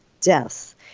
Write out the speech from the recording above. death